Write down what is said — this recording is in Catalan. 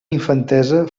infantesa